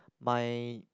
my